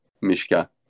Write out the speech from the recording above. Mishka